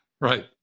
Right